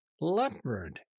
leopard